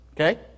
Okay